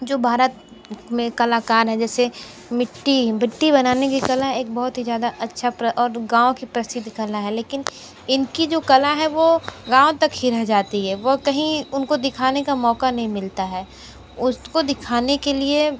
जो भारत में कलाकार हैं जैसे मिट्टी मिट्टी बनाने की कला एक बहुत ही ज़्यादा अच्छा और गाँव की प्रसिद्ध कला है लेकिन इनकी जो कला है वो गाँव तक ही रह जाती है वह कहीं उनको दिखाने का मौका नहीं मिलता है उसको दिखाने के लिए